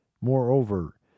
Moreover